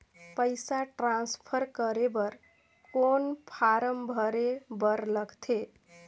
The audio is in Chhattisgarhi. पईसा ट्रांसफर करे बर कौन फारम भरे बर लगथे?